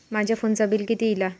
माझ्या फोनचा बिल किती इला?